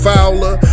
Fowler